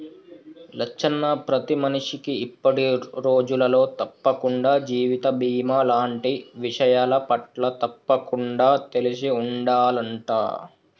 లచ్చన్న ప్రతి మనిషికి ఇప్పటి రోజులలో తప్పకుండా జీవిత బీమా లాంటి విషయాలపట్ల తప్పకుండా తెలిసి ఉండాలంట